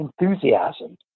Enthusiasm